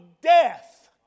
death